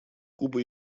куба